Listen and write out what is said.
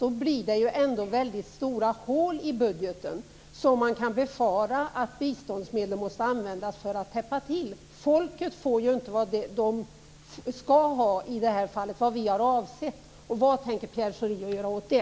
Då blir det väldigt stora hål i budgeten, och man kan befara att biståndsmedel måste användas för att täppa till dessa hål. Folket får i det här fallet inte del av de pengar som vi har avsett att det skall ha. Vad tänker Pierre Schori göra åt det?